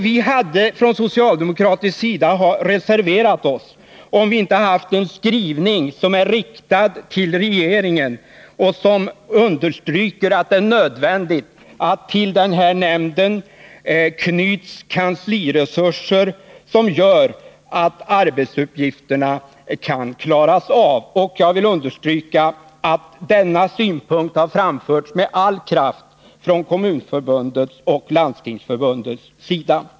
Vi hade från socialdemokratisk sida reserverat oss, om vi inte haft en skrivning som är riktad till regeringen och som understryker att det är nödvändigt att till den här delegationen knyts kansliresurser som gör att arbetsuppgifterna kan klaras. Denna synpunkt har framförts med all kraft från Kommunförbundets och Landstingsförbundets sida.